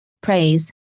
praise